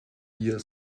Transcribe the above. hier